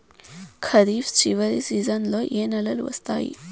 ఖరీఫ్ చివరి సీజన్లలో ఏ నెలలు వస్తాయి?